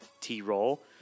T-Roll